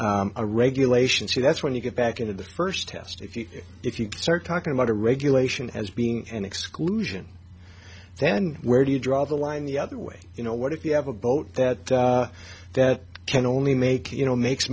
a regulation so that's when you get back into the first test if you if you start talking about a regulation as being an exclusion then where do you draw the line the other way you know what if you have a boat that that can only make you know makes